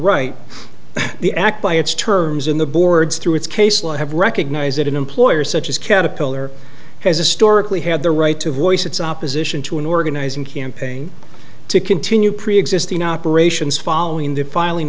its terms in the boards through its case law have recognized that an employer such as caterpiller has historically had the right to voice its opposition to an organizing campaign to continue preexisting operations following the filing